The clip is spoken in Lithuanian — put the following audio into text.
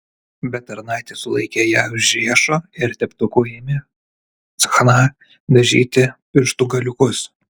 bet tarnaitė sulaikė ją už riešo ir teptuku ėmė chna dažyti pirštų galiukus